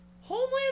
Homeland